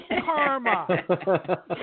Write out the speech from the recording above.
karma